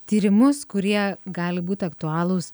tyrimus kurie gali būti aktualūs